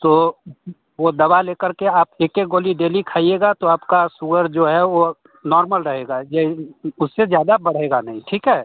तो वह दवा लेकर के आप एक एक गोली डेली खाईएगा तो आपका सुगर जो है वह नॉर्मल रहेगा जै उससे ज़्यादा बढ़ेगा नहीं ठीक है